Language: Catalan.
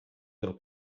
del